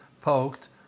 poked